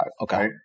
Okay